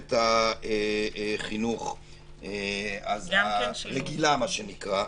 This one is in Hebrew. במערכת החינוך הרגילה, מה שנקרא.